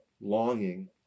longing